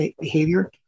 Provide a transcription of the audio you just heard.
behavior